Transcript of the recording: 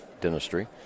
dentistry